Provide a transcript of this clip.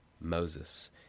Moses